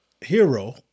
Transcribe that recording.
hero